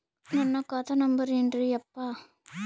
ನನ್ನ ಖಾತಾ ನಂಬರ್ ಏನ್ರೀ ಯಪ್ಪಾ?